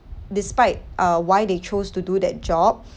despite uh why they chose to do that job